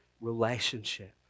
relationship